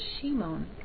Shimon